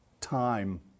time